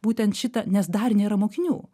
būtent šitą nes dar nėra mokinių